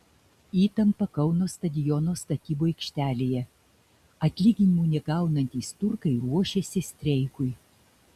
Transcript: įtampa kauno stadiono statybų aikštelėje atlyginimų negaunantys turkai ruošiasi streikui